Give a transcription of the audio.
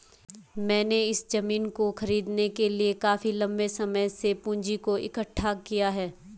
मैंने इस जमीन को खरीदने के लिए काफी लंबे समय से पूंजी को इकठ्ठा किया है